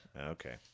Okay